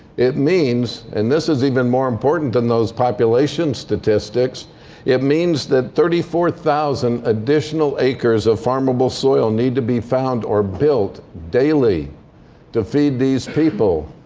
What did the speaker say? it means and this is even more important than those population statistics it means that thirty four thousand additional acres of farmable soil need to be found or built daily to feed these people.